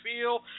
feel